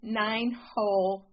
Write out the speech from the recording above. nine-hole